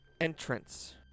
entrance